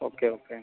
okay okay